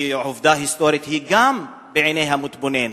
וגם עובדה היסטורית היא בעיני המתבונן.